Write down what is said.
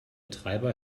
treiber